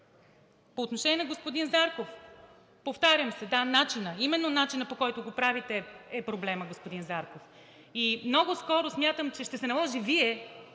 По отношение на господин Зарков. Повтарям се – да, начинът, именно начинът, по който го правите, е проблемът, господин Зарков. И много скоро смятам, че ще се наложи Вие